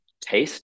taste